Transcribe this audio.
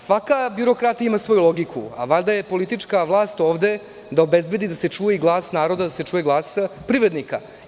Svaka birokratija ima svoju logiku, valjda je politička vlast ovde da obezbedi i da se čuje i glas naroda i glas privrednika.